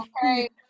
okay